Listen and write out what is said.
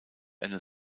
eine